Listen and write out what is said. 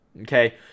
okay